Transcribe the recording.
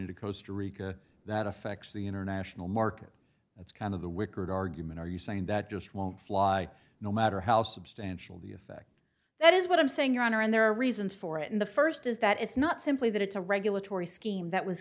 going to coast rica that affects the international market that's kind of the wickard argument are you saying that just won't fly no matter how substantial the effect that is what i'm saying your honor and there are reasons for it in the first is that it's not simply that it's a regulatory scheme that was